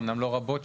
אומנם לא רבות,